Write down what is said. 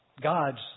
God's